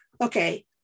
Okay